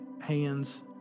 hands